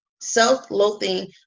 self-loathing